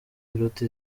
iruta